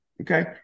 Okay